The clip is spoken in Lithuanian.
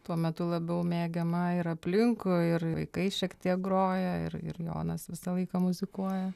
tuo metu labiau mėgiama ir aplinkui ir vaikai šiek tiek groja ir ir jonas visą laiką muzikuoja